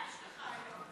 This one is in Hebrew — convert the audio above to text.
מה יש לך היום?